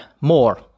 more